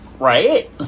Right